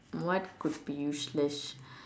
what could be useless